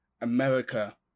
America